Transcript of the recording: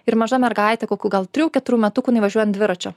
ir maža mergaitė kokių gal trijų keturių metukų jinai važiuoja ant dviračio